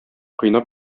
кыйнап